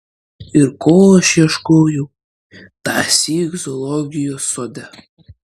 ir ko aš ieškojau tąsyk zoologijos sode